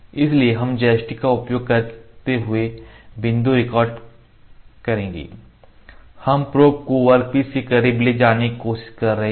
इसलिए हम जॉयस्टिक का उपयोग करते हुए बिंदु रिकॉर्ड करेंगे हम प्रोब को वर्कपीस के करीब ले जाने की कोशिश कर रहे हैं